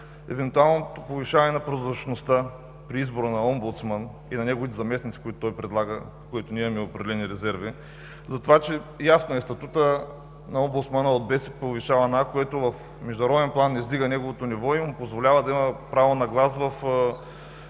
евентуалното повишаване на прозрачността при избора на омбудсман и на неговите заместници, които той предлага, по което ние имаме определени резерви за това, че ясно е – статутът на омбудсмана от „B“ се повишава на „А“, което в международен план издига неговото ниво и му позволява да има право на глас в